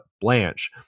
Blanche